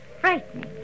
frightening